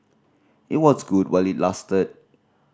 it was good while it lasted